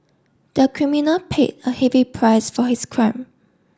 the criminal paid a heavy price for his crime